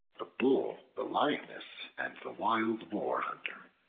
the bull, the lioness, and the wild-boar hunter